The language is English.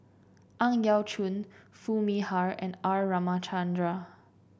Ang Yau Choon Foo Mee Har and R Ramachandran